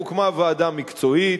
הוקמה ועדה מקצועית,